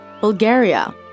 Bulgaria